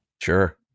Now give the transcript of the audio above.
Sure